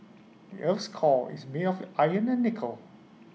the Earth's core is made of iron and nickel